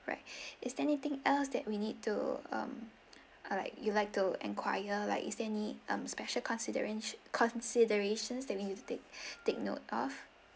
right is there anything else that we need to um uh like you would like to enquire like is there any um special consi~ considerations that we need to take take note of